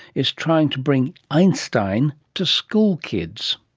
is trying to bring einstein to school kids.